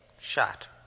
shot